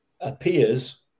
appears